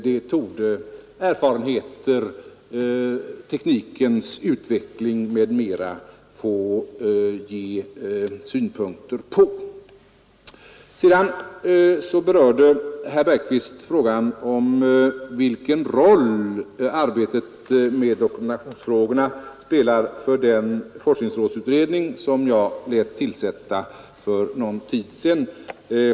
Det torde erfarenheterna, teknikens utveckling m.m. få avgöra. Herr Bergqvist berörde frågan om vilken roll arbetet med dokumentationsfrågorna spelar för den forskningsrådsutredning som jag lät tillsätta för någon tid sedan.